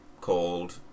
called